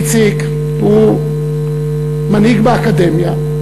איציק הוא מנהיג באקדמיה.